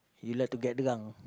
you like to get drunk